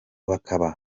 bakaba